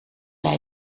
bij